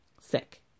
sick